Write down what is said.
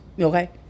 Okay